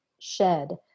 shed